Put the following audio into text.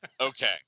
okay